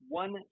one